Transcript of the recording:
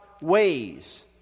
ways